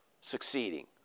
succeeding